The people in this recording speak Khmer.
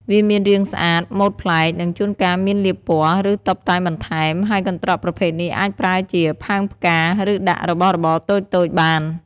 វាមានរាងស្អាត ម៉ូដប្លែក និងជួនកាលមានលាបពណ៌ ឬតុបតែងបន្ថែម ហើយកន្ត្រកប្រភេទនេះអាចប្រើជាផើងផ្កា ឬដាក់របស់របរតូចៗបាន។